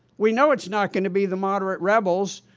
we know it is not going to be the moderate rebels.